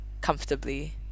comfortably